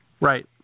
Right